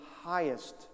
highest